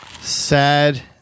Sad